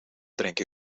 drink